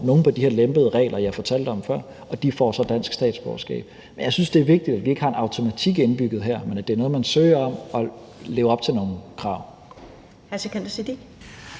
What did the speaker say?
det på de her lempede regler, jeg fortalte om før, og de får så dansk statsborgerskab. Men jeg synes, det er vigtigt, at vi ikke har en automatik indbygget her, men at det er noget, man søger om, og at man lever op til nogle krav. Kl. 11:38 Første